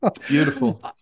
Beautiful